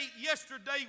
yesterday